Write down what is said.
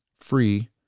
free